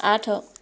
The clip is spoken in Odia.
ଆଠ